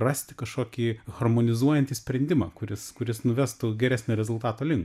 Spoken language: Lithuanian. rasti kažkokį harmonizuojantį sprendimą kuris kuris nuvestų geresnio rezultato link